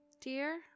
dear